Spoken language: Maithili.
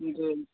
जी